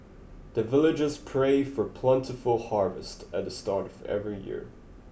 the villagers pray for plentiful harvest at the start of every year